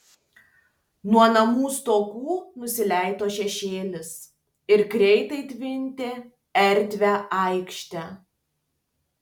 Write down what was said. nuo namų stogų nusileido šešėlis ir greitai tvindė erdvią aikštę